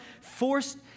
forced